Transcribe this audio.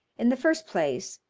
in the first place,